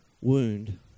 Wound